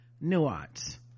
nuance